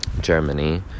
Germany